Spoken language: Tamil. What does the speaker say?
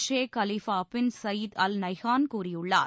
ஷேக் Khalifa bin Zayed Al Nahyan கூறியுள்ளார்